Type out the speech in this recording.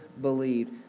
believed